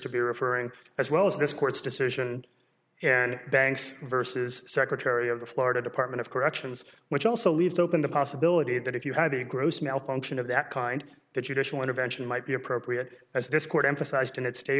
to be referring as well as this court's decision and banks versus secretary of the florida department of corrections which also leaves open the possibility that if you have a gross malfunction of that kind that you to show intervention might be appropriate as this court emphasized in its